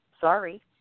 Sorry